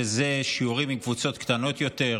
שאלה שיעורים עם קבוצות קטנות יותר,